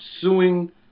suing